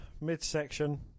midsection